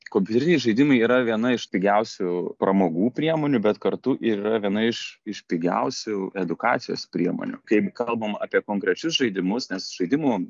kompiuteriniai žaidimai yra viena iš pigiausių pramogų priemonių bet kartu ir yra viena iš iš pigiausių edukacijos priemonių kai kalbam apie konkrečius žaidimus nes žaidimų